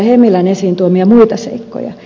hemmilän esiin tuomia muita seikkoja